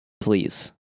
please